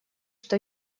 что